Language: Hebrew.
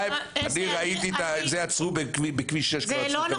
היו"ר מירב בן ארי (יו"ר ועדת ביטחון הפנים): זה לא נכון.